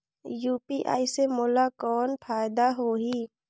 UPI से मोला कौन फायदा होही?